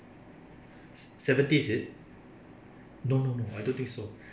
seventies is it no no no I don't think so